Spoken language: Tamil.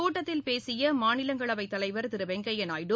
கூட்டத்தில் பேசிய மாநிலங்களவை தலைவர் திரு வெங்கப்யா நாயுடு